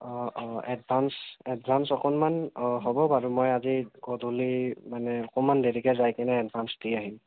অ' অ' advance advance অকণমান অ' হ'ব বাৰু মই আজি গধূলি মানে অকণমান দেৰিকৈ যাই কেনে এডভাঞ্চ দি আহিম